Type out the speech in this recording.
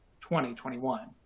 2021